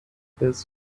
this